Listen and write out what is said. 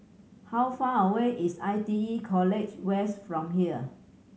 how far away is I T E College West from here